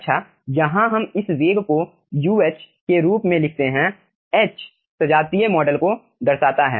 अच्छा यहाँ हम इस वेग को Uh के रूप में लिखते हैं h सजातीय मॉडल को दर्शाता है